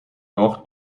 noord